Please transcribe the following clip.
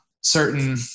certain